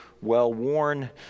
well-worn